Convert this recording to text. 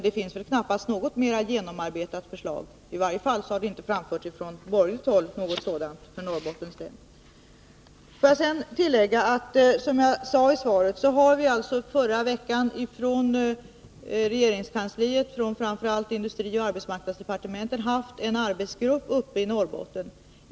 Det finns knappast något annat förslag som är mera genomarbetat — i varje fall har det inte framlagts något sådant från borgerligt håll. 89 Jag vill också tillägga att vi under förra veckan från regeringskansliet, framför allt då industrioch arbetsmarknadsdepartementen, har haft en arbetsgrupp uppe i Norrbotten.